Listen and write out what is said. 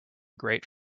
great